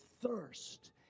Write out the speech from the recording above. thirst